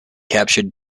captured